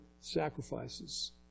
sacrifices